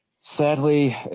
Sadly